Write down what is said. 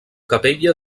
capella